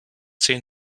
zehn